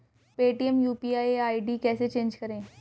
Paytm UPI ID कैसे change करें?